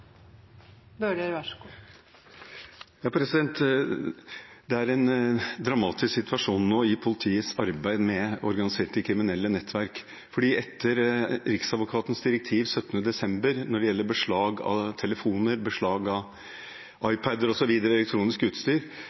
Det er nå en dramatisk situasjon i politiets arbeid med organiserte kriminelle nettverk, for Riksadvokatens direktiv 17. desember om beslag av telefoner, iPad-er og annet elektronisk utstyr